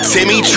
Timmy